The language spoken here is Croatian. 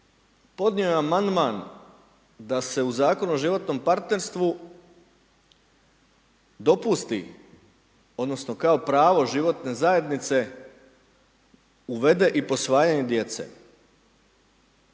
podnio je amandman da se u Zakonu o životnom partnerstvu, dopusti, odnosno kao pravo životne zajednice uvede i posvajanje djece,